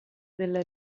della